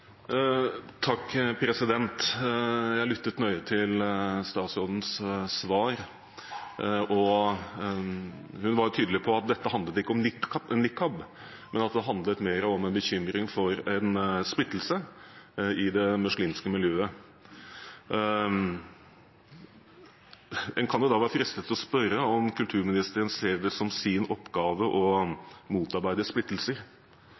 Jeg lyttet nøye til statsrådens svar. Hun var tydelig på at dette ikke handlet om nikab, men at det handlet mer om en bekymring for splittelse i det muslimske miljøet. En kan jo da være fristet til å spørre om kulturministeren ser det som sin oppgave å motarbeide splittelser